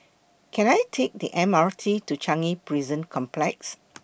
Can I Take The M R T to Changi Prison Complex